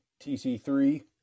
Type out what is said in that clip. tc3